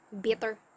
Bitter